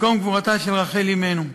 מקום קבורתה של רחל אמנו.